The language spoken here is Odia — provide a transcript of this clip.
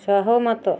ସହମତ